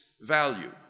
value